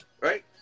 right